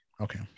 Okay